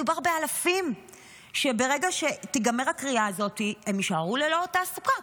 מדובר באלפים שברגע שתיגמר הכרייה הזאת הם יישארו ללא תעסוקה,